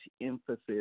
emphasis